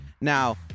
Now